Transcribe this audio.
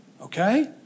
Okay